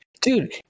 dude